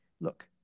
Look